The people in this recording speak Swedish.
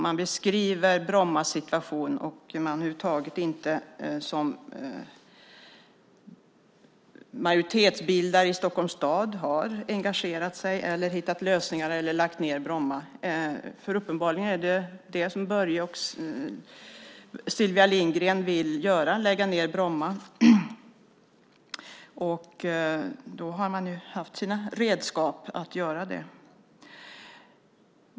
Hon beskriver en situation för Bromma där man som majoritetsbildare i Stockholms stad inte har engagerat sig, hittat lösningar och lagt ned Bromma. Det är uppenbarligen vad Börje Vestlund och Sylvia Lindgren vill göra. De vill lägga ned Bromma. De har haft sina redskap att göra det.